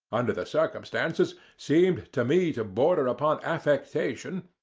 under the circumstances, seemed to me to border upon affectation,